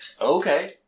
Okay